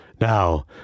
Now